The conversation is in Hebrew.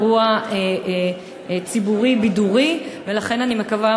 ושם חבר הכנסת איתן כבל יוציא לכולם